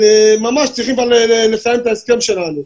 ממש צריכים כבר לסיים את ההסכם שלנו.